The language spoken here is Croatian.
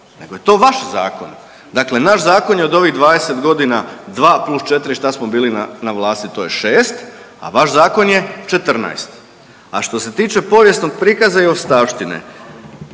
nego je to vaš zakon, dakle naš zakon je od ovih 20.g. 2 + 4 šta smo bili na, na vlasti, to je 6, a vaš zakon je 14. A što se tiče povijesnog prikaza i ostavštine,